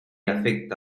afecta